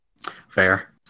Fair